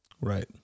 Right